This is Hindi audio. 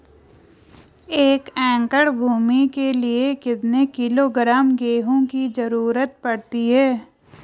एक एकड़ भूमि के लिए कितने किलोग्राम गेहूँ की जरूरत पड़ती है?